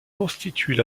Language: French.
constituent